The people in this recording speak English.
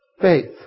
Faith